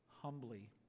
humbly